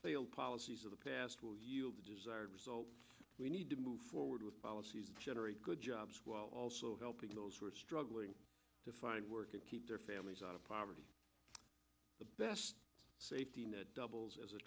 failed policies of the past will yield the desired results we need to move forward with policies generate good jobs while also helping those who are struggling to find work and keep their families out of poverty the best doubles as a